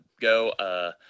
go